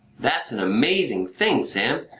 that's an amazing thing sam.